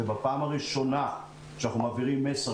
זאת פעם ראשונה שאנחנו מעבירים מסר.